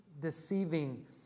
deceiving